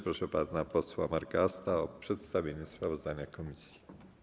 Proszę pana posła Marka Asta o przedstawienie sprawozdania komisji.